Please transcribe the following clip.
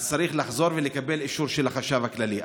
אז צריך לחזור ולקבל אישור של החשב הכללי.